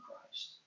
Christ